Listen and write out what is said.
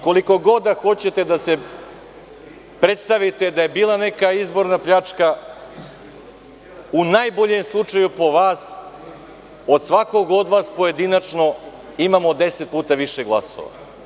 Koliko god da hoćete da se predstavite da je bila neka izborna pljačka, u najboljem slučaju po vas, od svakog od vas pojedinačno imamo 10 puta više glasova.